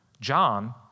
John